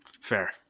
Fair